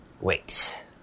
Wait